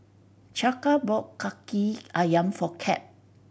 Chaka bought Kaki Ayam for Cap